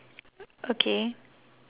okay